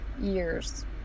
years